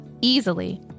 easily